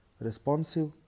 responsive